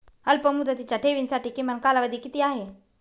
अल्पमुदतीच्या ठेवींसाठी किमान कालावधी किती आहे?